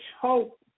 hope